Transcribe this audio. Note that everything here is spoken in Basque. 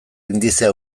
indizea